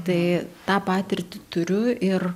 tai tą patirtį turiu ir